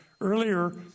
Earlier